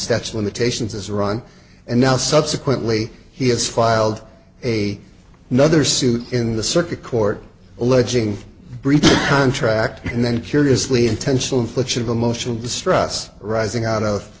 statue of limitations has run and now subsequently he has filed a nother suit in the circuit court alleging breach of contract and then curiously intentional infliction of emotional distress rising out of